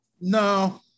No